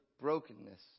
brokenness